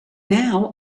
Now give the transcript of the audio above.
now